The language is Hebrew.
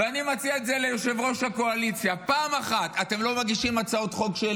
ואני מציע את זה ליושב-ראש הקואליציה: אם אתם לא מגישים הצעות חוק של